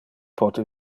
pote